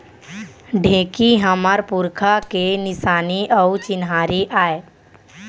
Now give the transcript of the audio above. ढेंकी हमर पुरखा के निसानी अउ चिन्हारी आय